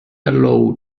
allow